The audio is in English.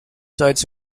sites